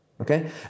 Okay